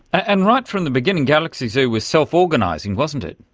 and right from the beginning galaxy zoo was self-organising, wasn't it.